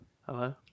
Hello